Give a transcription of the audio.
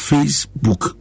Facebook